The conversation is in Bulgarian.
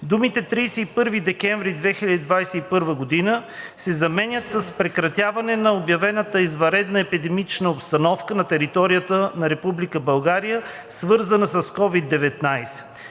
думите „31 декември 2021 г.“ се заменят с „прекратяване на обявената извънредна епидемична обстановка на територията на Република България, свързана с COVID-19“.